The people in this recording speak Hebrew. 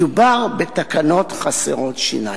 מדובר בתקנות חסרות שיניים".